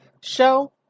show